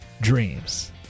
dreams